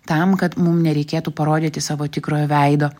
tam kad mum nereikėtų parodyti savo tikrojo veido